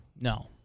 No